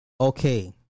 Okay